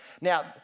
now